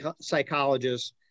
psychologist